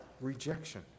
rejection